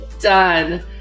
Done